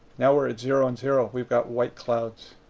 now we're at zero and zero. we've got white clouds.